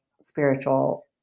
spiritual